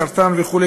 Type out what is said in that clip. סרטן וכו',